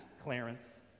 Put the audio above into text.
Clarence